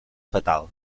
fatal